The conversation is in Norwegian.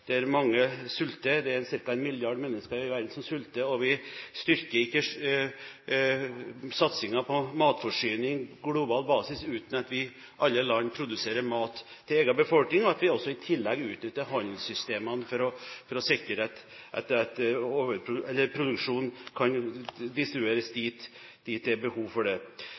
mange sulter. Det er ca. en milliard mennesker i verden som sulter, og vi styrker ikke satsingen på matforsyning på global basis uten at alle land produserer mat til egen befolkning, og at vi i tillegg utnytter handelssystemene for å sikre at produksjonen kan distribueres dit det er behov for det.